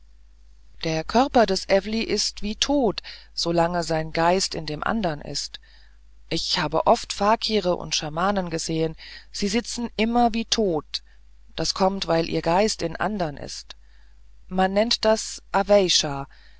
der körper des ewli ist wie tot solange sein geist in dem andern ist ich habe oft fakire und schamanen gesehen sie sitzen immer wie tot das kommt weil ihr geist in andern ist mann nennt das